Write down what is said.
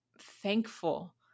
thankful